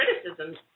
criticisms